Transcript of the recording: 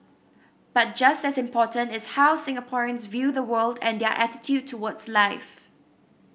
but just as important is how Singaporeans view the world and their attitude towards life